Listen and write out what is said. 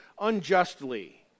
unjustly